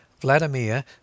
Vladimir